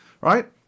right